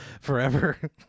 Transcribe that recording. forever